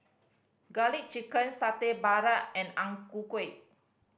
Garlic Chicken Satay Babat and Ang Ku Kueh